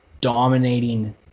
dominating